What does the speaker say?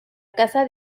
casa